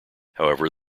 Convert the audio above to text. however